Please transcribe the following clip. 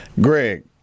Greg